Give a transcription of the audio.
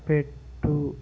పెట్టు